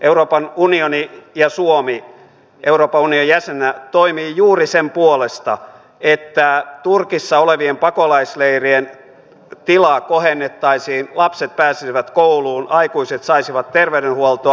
euroopan unioni ja suomi euroopan unionin jäsenenä toimii juuri sen puolesta että turkissa olevien pakolaisleirien tilaa kohennettaisiin lapset pääsisivät kouluun aikuiset saisivat terveydenhuoltoa